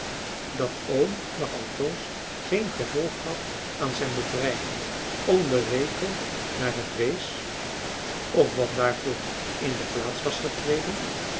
dat oom nog altoos geen gevolg gaf françois haverschmidt familie en kennissen aan zijn bedreiging om den rekel naar het wees of wat daarvoor in de plaats was getreden